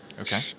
Okay